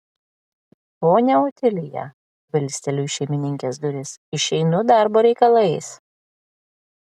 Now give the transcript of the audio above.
ponia otilija bilsteliu į šeimininkės duris išeinu darbo reikalais